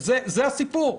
זה הסיפור.